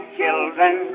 children